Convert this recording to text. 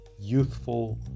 youthful